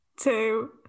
two